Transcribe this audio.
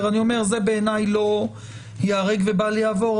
בעיניי זה לא ייהרג ובל יעבור,